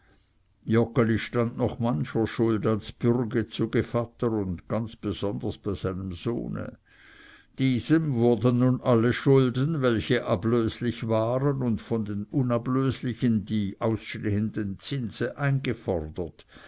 joggeli stand noch mancher schuld als bürge zu gevatter und ganz besonders bei seinem sohne diesem wurden nun alle schulden welche ablöslich waren und von den unablöslichen die ausstehenden zinse eingefordert